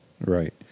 Right